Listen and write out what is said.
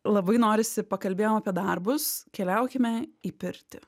labai norisi pakalbėjom apie darbus keliaukime į pirtį